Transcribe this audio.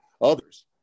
others